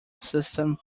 system